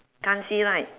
can't see right